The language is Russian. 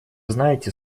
знаете